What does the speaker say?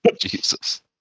jesus